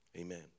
Amen